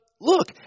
Look